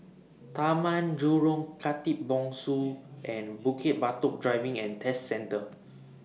Taman Jurong Park Khatib Bongsu and Bukit Batok Driving and Test Centre